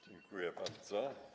Dziękuję bardzo.